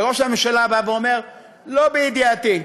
וראש הממשלה בא ואומר: לא בידיעתי.